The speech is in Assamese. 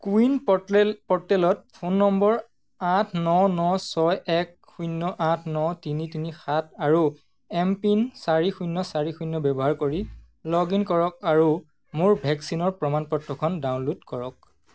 কো ৱিন প'ৰ্টেল প'টেলত ফোন নম্বৰ আঠ ন ন ছয় এক শূন্য আঠ ন তিনি তিনি সাত আৰু এমপিন চাৰি শূন্য চাৰি শূন্য ব্যৱহাৰ কৰি লগ ইন কৰক আৰু মোৰ ভেকচিনৰ প্ৰমাণ পত্ৰখন ডাউনলোড কৰক